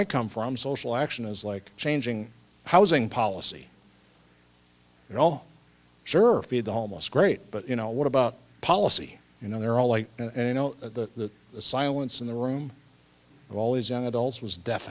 i come from social action is like changing housing policy and all sure feed the homeless great but you know what about policy you know they're all like a no to the silence in the room all these young adults was deaf